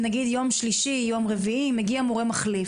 נניח, ביום שלישי או ביום רביעי מגיע מורה מחליף.